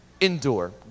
Endure